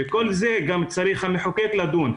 כל זה גם צריך המחוקק לדון.